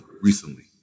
recently